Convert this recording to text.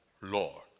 Lord